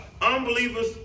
unbelievers